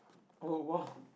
oh !woah!